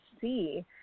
see